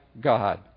God